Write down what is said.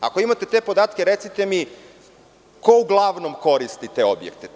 Ako imate te podatke, recite mi ko uglavnom koristi te objekte?